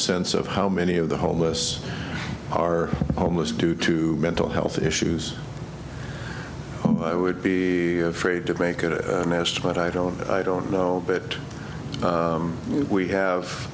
sense of how many of the homeless are homeless due to mental health issues i would be afraid to make a nest but i don't i don't know that we have